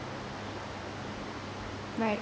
right